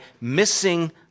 missing